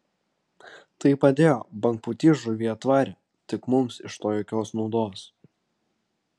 tai padėjo bangpūtys žuvį atvarė tik mums iš to jokios naudos